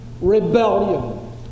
rebellion